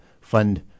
fund